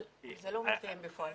אבל זה לא מתקיים בפועל.